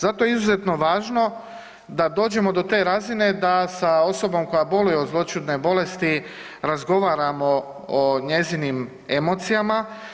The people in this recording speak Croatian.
Zato je izuzetno važno da dođemo do te razine da sa osobom koja boluje od zloćudne bolesti razgovaramo o njezinim emocijama.